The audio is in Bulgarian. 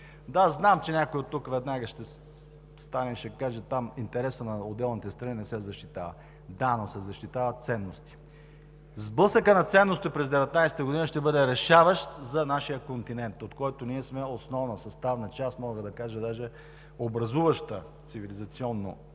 Да, знам, че някой оттук веднага ще стане и ще каже: там интересът на отделните страни не се защитава. Да, но се защитават ценности. Сблъсъкът на ценности през 2019 г. ще бъде решаващ за нашия континент, от който България е основна, съставна част, мога да кажа даже образуваща цивилизационно.